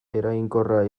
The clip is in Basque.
eraginkorra